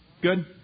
Good